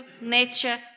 nature